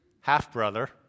half-brother